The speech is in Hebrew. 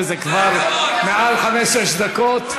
זה כבר מעל חמש-שש דקות.